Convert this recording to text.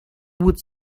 would